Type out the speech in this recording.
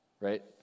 Right